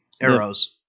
Arrows